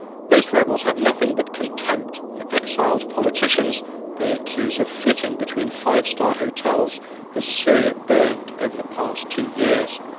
most rebels have nothing but contempt for exiled politicians they accuse of flitting between five-star hotels as syria burned over the past two years.